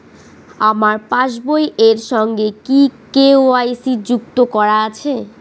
আমার পাসবই এর সঙ্গে কি কে.ওয়াই.সি যুক্ত করা আছে?